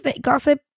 gossip